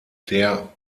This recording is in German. der